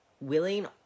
willing